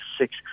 six